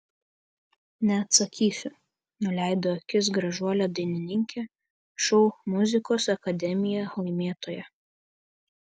neatsakysiu nuleido akis gražuolė dainininkė šou muzikos akademija laimėtoja